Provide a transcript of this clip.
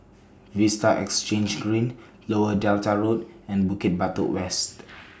Vista Exhange Green Lower Delta Road and Bukit Batok West